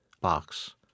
box